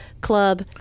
club